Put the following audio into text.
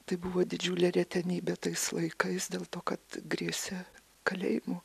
tai buvo didžiulė retenybė tais laikais dėl to kad grėsė kalėjimu